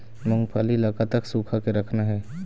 मूंगफली ला कतक सूखा के रखना हे?